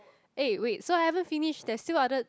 eh wait so I haven't finish there's till other